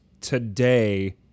today